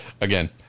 again